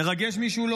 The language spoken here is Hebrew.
זה מרגש מישהו?